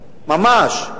ממש,